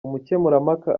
umukemurampaka